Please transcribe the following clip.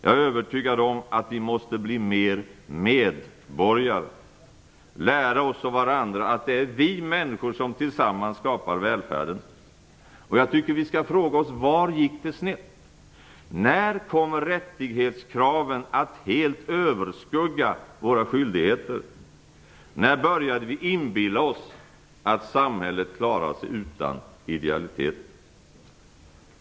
Jag är övertygad om att vi måste bli mer medborgare, lära oss och varandra att det är vi människor som tillsammans skapar välfärden. Jag tycker att vi skall fråga oss: Var gick det snett? När kom rättighetskraven att helt överskugga våra skyldigheter? När började vi inbilla oss att samhället klarar sig utan idealitet?